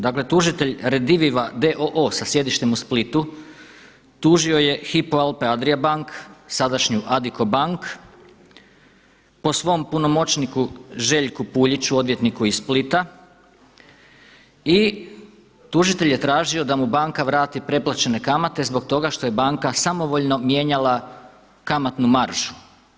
Dakle, tužitelj Rediviva d.o.o. sa sjedištem u Splitu tužio je Hypo Alpe Adria bank sadašnju Addico bank po svom punomoćniku Željku Puljiću odvjetniku iz Splita i tužitelj je tražio da mu banka vrati preplaćene kamate zbog toga što je banka samovoljno mijenjala kamatnu maržu.